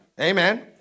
Amen